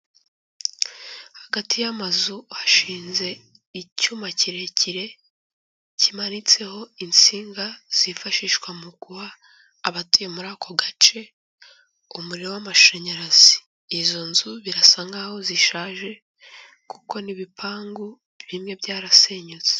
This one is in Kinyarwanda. Hagati y'amazu hashinze icyuma kirekire kimanitseho insinga zifashishwa mu guha abatuye muri ako gace umuriro w'amashanyarazi, izo nzu birasa nkaho zishaje kuko n'ibipangu bimwe byarasenyutse.